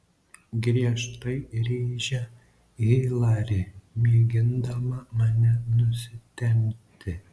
griežtai rėžia hilari mėgindama mane nusitempti